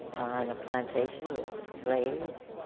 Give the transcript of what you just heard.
on a plantation with slaves